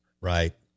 right